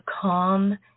calm